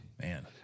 man